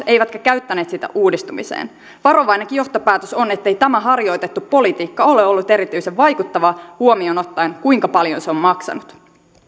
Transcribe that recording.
eivätkä käyttäneet sitä uudistumiseen varovainenkin johtopäätös on ettei tämä harjoitettu politiikka ole ollut erityisen vaikuttavaa huomioon ottaen kuinka paljon se on maksanut